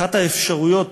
אחת האפשרויות